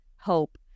hope